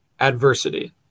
adversity